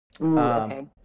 Okay